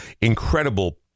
incredible